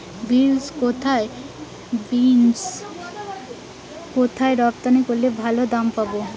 Beans কোথায় রপ্তানি করলে ভালো দাম পাব?